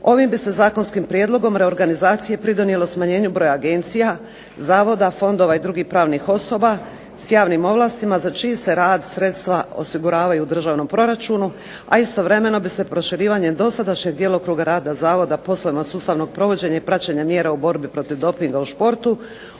Ovim bi se Zakonskim prijedlogom reorganizacije pridonijelo smanjenju broja agencija zavoda, fondova i drugih pravnih osoba s javnim ovlastima za čiji se rad sredstva osiguravaju u državnom proračunu a istovremeno bi se proširivanjem dosadašnjeg djelokruga rada Zavoda poslovima sustavnog provođenja i praćenja mjera u borbi protiv dopinga u športu,